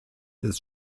des